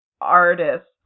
artists